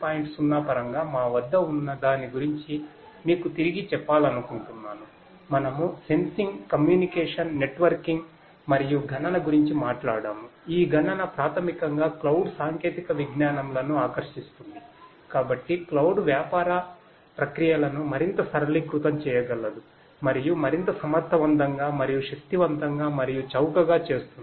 0 పరంగా మా వద్ద ఉన్నదాని గురించి మీకు తిరిగి చెప్పాలనుకుంటున్నాను మనము సెన్సింగ్ సాంకేతిక విజ్ఞానంసహాయపడుతుంది